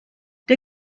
der